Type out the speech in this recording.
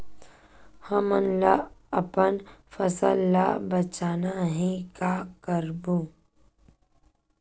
हमन ला अपन फसल ला बचाना हे का करबो?